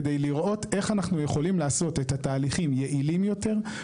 כדי לראות איך אנחנו יכולים לעשות את התהליכים יעילים יותר,